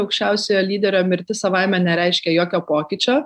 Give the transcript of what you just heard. aukščiausiojo lyderio mirtis savaime nereiškia jokio pokyčio